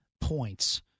points